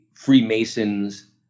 Freemasons